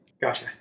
Gotcha